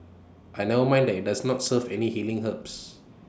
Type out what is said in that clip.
and never mind that IT does not serve any healing herbs